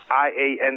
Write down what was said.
I-A-N